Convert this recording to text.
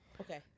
Okay